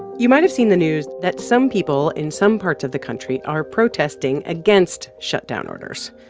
you might have seen the news that some people in some parts of the country are protesting against shutdown orders.